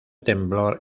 temblor